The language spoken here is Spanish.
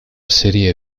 serie